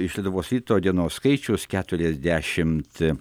iš lietuvos ryto dienos skaičius keturiasdešimt